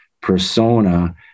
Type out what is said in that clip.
persona